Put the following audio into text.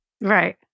Right